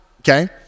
Okay